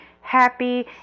happy